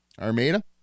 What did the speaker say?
Armada